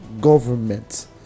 government